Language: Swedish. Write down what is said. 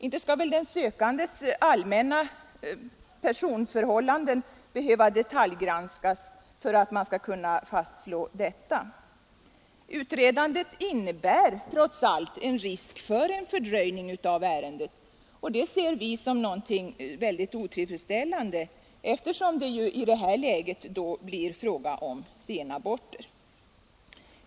Inte skall väl den sökandes allmänna personförhållanden behöva detaljgranskas för att man skall kunna fastslå detta. Utredandet innebär trots allt en risk för fördröjning av ärendet, och det ser vi som någonting väldigt otillfredsställande, eftersom det ju då blir fråga om senaborter.